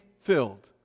filled